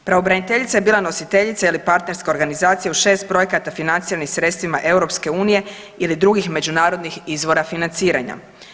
Pravobraniteljica je bila nositeljica partnerske organizacije u šest projekata financiranim sredstvima iz EU ili drugih međunarodnih izvora financiranja.